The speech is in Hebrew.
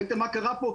ראיתם מה קרה פה?